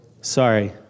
Sorry